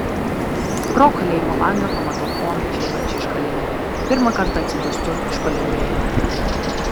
pro kalėjimo langą pamatau oną išeinančią iš kalėjimo ir pirmą kartą atsidūstu iš palengvėjimo